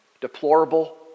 Deplorable